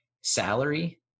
salary